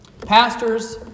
Pastors